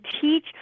teach